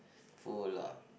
full of